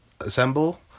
assemble